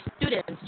students